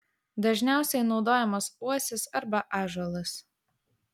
dažniausiai naudojamas uosis arba ąžuolas